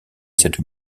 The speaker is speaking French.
cette